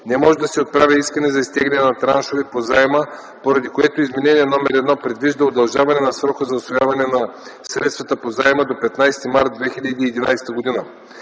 не може да се отправя искане за изтегляне на траншове по заема, поради което Изменение № 1 предвижда удължаване на срока за усвояване на средствата по заема до 15 март 2011 г.